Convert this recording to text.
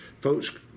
folks